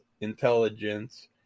intelligence